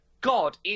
God